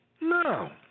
no